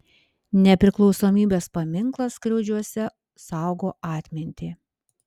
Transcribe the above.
nepriklausomybės paminklas skriaudžiuose saugo atmintį